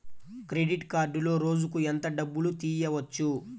Credit కార్డులో రోజుకు ఎంత డబ్బులు తీయవచ్చు?